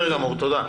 תודה.